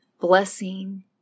Blessing